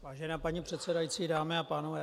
Vážená paní předsedající, dámy a pánové.